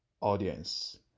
audience